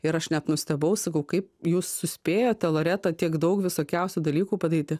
ir aš net nustebau sakau kaip jūs suspėjote loreta tiek daug visokiausių dalykų padaryti